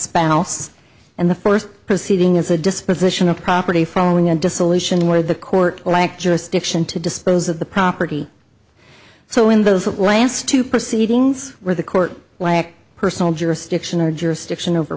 spouse and the first proceeding as a disposition of property following a dissolution where the court lacked jurisdiction to dispose of the property so in those of lance to proceedings where the court lacked personal jurisdiction or jurisdiction over